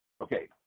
Okay